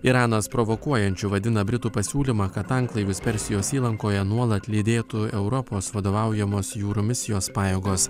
iranas provokuojančiu vadina britų pasiūlymą kad tanklaivis persijos įlankoje nuolat lydėtų europos vadovaujamos jūrų misijos pajėgos